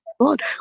God